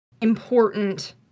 important